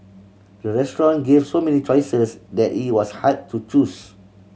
the restaurant gave so many choices that it was hard to choose